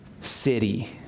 city